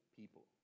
people